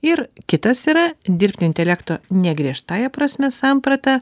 ir kitas yra dirbtinio intelekto ne griežtąja prasme samprata